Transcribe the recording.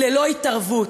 ללא התערבות,